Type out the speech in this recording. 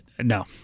No